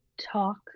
Talk